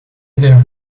there